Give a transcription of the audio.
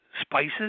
spices